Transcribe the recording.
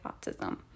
autism